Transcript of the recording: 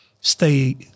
stay